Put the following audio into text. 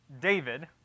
david